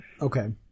okay